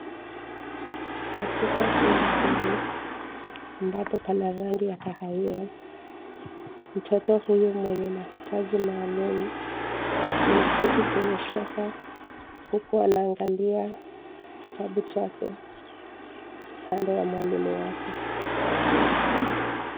Katika jumba hili, ambapo pana rangi ya kahawia, mtoto mwenye mahitaji maalum ameketi kwenye sofa huku anaangalia kitabu chake kando ya mwalimu wake.